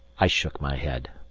i shook my head,